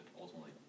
ultimately